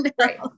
right